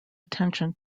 attention